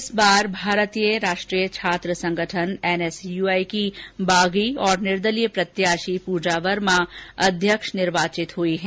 इस बार भारतीय राष्ट्रीय छात्र संगठन एनएसयआई की बागी और निर्दलीय प्रत्याशी पृजा वर्मा अध्यक्ष निर्वाचित हई है